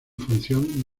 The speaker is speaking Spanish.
función